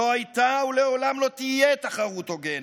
לא הייתה ולעולם לא תהיה תחרות הוגנת.